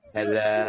Hello